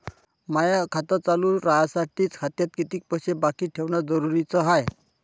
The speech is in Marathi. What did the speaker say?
माय खातं चालू राहासाठी खात्यात कितीक पैसे बाकी ठेवणं जरुरीच हाय?